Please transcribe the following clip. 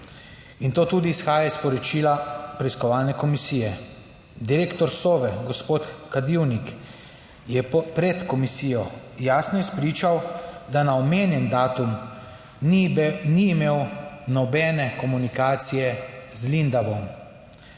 in to tudi izhaja iz poročila preiskovalne komisije. Direktor Sove, gospod Kadivnik, je pred komisijo jasno izpričal, da na omenjen datum ni imel nobene komunikacije z Lindavom.